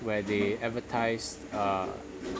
where they advertise uh